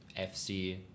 FC